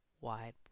wide